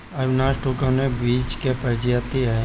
Avinash two कवने बीज क प्रजाति ह?